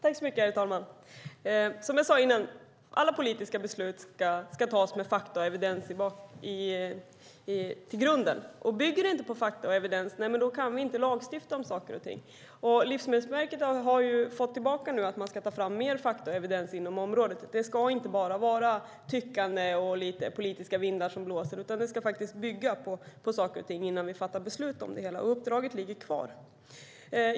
Herr talman! Som jag sade innan ska alla politiska beslut tas med fakta och evidens i grunden. Bygger saker och ting inte på fakta och evidens kan vi inte lagstifta om dem. Livsmedelsverket har fått tillbaka att man ska ta fram mer fakta och evidens inom området. Det ska inte bara vara tyckande och lite politiska vindar som blåser, utan det ska bygga på saker och ting innan vi fattar beslut om det hela. Uppdraget ligger kvar.